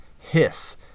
hiss